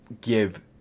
give